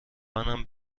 منم